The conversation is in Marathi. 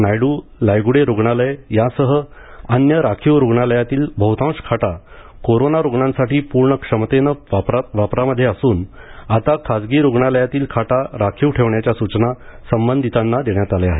नायडू लायगुडे रुग्णालय यासह अन्य राखीव रुग्णालयातील बहुतांश खाटा कोरोना रूग्णांसाठी प्र्ण क्षमतेनं वापरामध्ये असून आता खासगी रुग्णालयातील खाटा राखीव ठेवण्याच्या सूचना संबंधितांना देण्यात आल्या आहेत